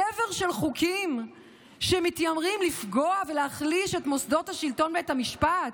צבר של חוקים שמתיימרים לפגוע ולהחליש את מוסדות השלטון ואת המשפט,